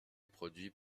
produits